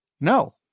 no